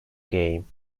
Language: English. game